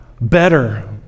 better